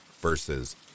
versus